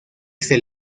este